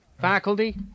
faculty